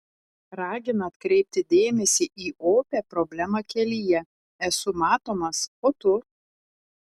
ragina atkreipti dėmesį į opią problemą kelyje esu matomas o tu